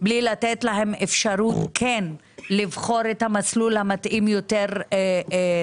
בלי לתת להם את האפשרות לבחור את המסלול המתאים יותר עבורם